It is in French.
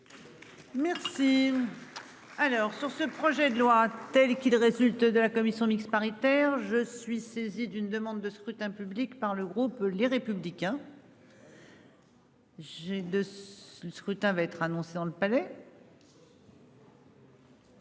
Merci. Alors sur ce projet de loi. Tels qu'ils résultent de la commission mixte paritaire. Je suis saisi d'une demande de scrutin public par le groupe Les. J'ai de du scrutin va être annoncé dans le palais.